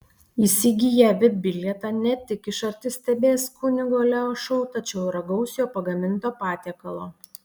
įsigiję vip bilietą ne tik iš arti stebės kunigo leo šou tačiau ir ragaus jo pagaminto patiekalo